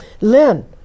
Lynn